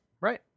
Right